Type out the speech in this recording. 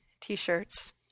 t-shirts